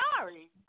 sorry